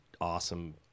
awesome